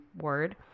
word